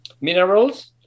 minerals